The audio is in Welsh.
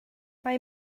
mae